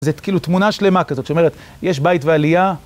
זאת כאילו תמונה שלמה כזאת, שאומרת, יש בית ועלייה.